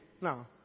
No